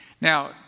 Now